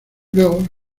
luego